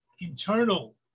internal